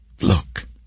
Look